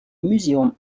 muséum